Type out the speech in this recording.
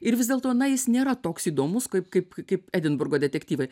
ir vis dėlto na jis nėra toks įdomus kaip kaip kaip edinburgo detektyvai